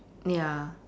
ya